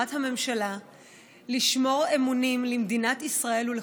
כחברת הממשלה לשמור אמונים למדינת ישראל ולחוקיה,